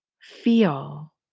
feel